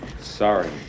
Sorry